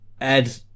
Ed